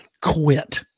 quit